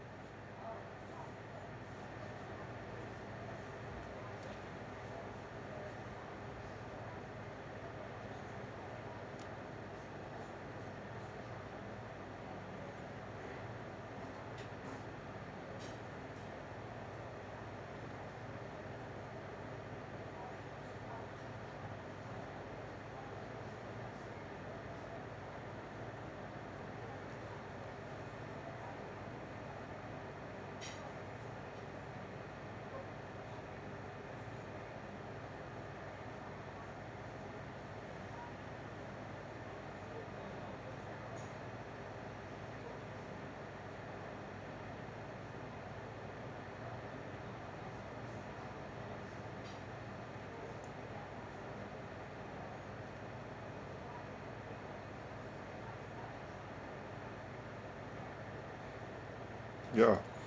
ya